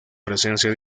presencia